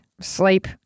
sleep